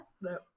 no